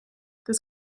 this